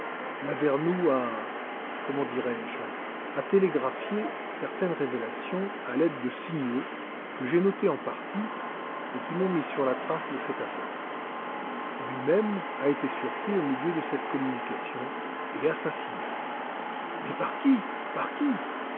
lavernoux a comment dirais-je a télégraphié certaines révélations à l'aide de signaux que j'ai notés en partie et qui m'ont mis sur la trace de cette affaire lui-même a été surpris au milieu de cette communication et assassiné mais par qui par qui